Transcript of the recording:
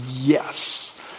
Yes